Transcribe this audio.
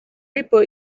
reaper